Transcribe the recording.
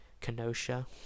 Kenosha